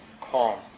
calm